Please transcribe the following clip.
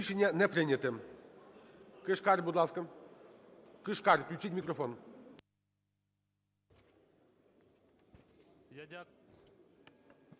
Дякую